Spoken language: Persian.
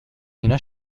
اینا